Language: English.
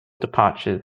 departures